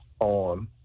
on